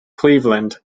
cleveland